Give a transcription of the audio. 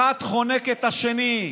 אחד חונק את השני.